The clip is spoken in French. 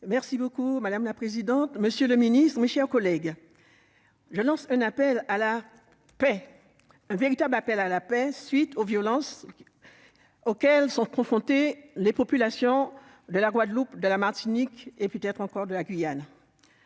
Jasmin. Madame la présidente, monsieur le ministre, mes chers collègues, je lance un appel à la paix, un véritable appel à la paix, à la suite des violences auxquelles sont confrontées les populations de la Guadeloupe, de la Martinique et, peut-être encore, de la Guyane.